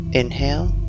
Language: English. inhale